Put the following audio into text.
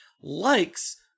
likes